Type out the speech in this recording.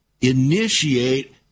initiate